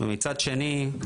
מצד שני,